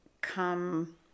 come